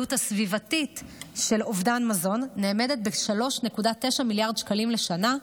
העלות הסביבתית של אובדן מזון נאמדת ב-3.9 מיליארד שקלים לשנה.